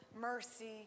mercy